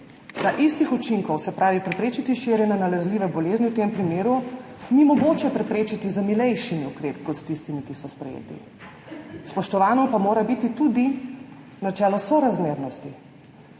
da istih učinkov, se pravi preprečiti širjenje nalezljive bolezni, v tem primeru ni mogoče preprečiti z milejšimi ukrepi kot s tistimi, ki so sprejeti. Spoštovano pa mora biti tudi načelo sorazmernosti,